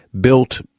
built